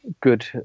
good